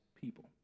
people